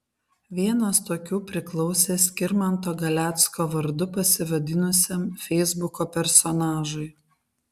vienas tokių priklausė skirmanto galecko vardu pasivadinusiam feisbuko personažui